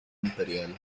imperial